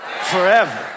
forever